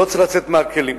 לא צריך לצאת מהכלים.